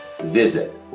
visit